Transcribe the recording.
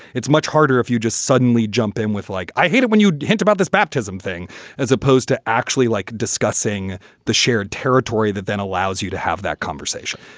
it's much harder if you just suddenly jump in with like i hate it when you hint about this baptism thing as opposed to actually like discussing the shared territory that then allows you to have that conversation.